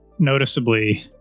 noticeably